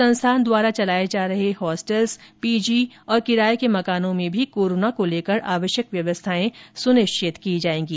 संस्थान द्वारा चलाए जा रहे हॉस्टल पीजी और किराए के मकानों में भी कोरोना को लेकर आवश्यक व्सवस्थाएं भी सुनिश्चित की जाएंगी